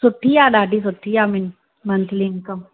सुठी आहे ॾाढी सुठी आहे मुंहिं मंथली इनकम